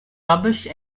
rubbish